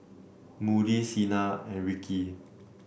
Moody Cena and Rikki